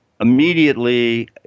immediately